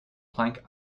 planck